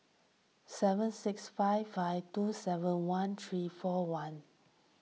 seven six five five two seven one three four one